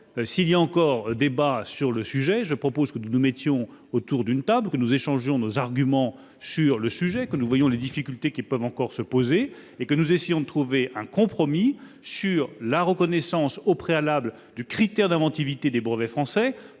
S'il y a encore débat sur le sujet, je propose que nous nous mettions autour d'une table, que nous échangions nos arguments sur le sujet, que nous examinions les difficultés qui peuvent encore se poser et que nous essayions de trouver un compromis sur la reconnaissance préalable du critère d'inventivité des brevets français